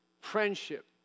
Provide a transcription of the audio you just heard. Friendship